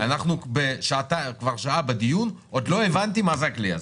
אנחנו כבר שעה בדיון ועוד לא הבנתי מה זה הכלי הזה.